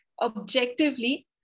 objectively